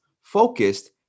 focused